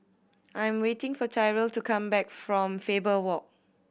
I'm waiting for Tyrell to come back from Faber Walk